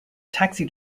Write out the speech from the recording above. taxi